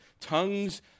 tongues